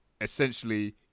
essentially